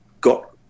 got